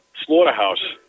slaughterhouse